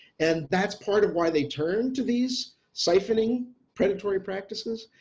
and that's part of why they turned to these siphoning predatory practices.